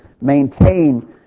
Maintain